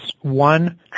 one